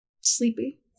Sleepy